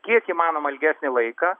kiek įmanoma ilgesnį laiką